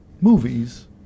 movies